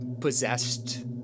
possessed